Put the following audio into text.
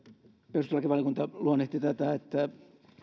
perustuslakivaliokunta luonnehti tätä että